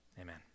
Amen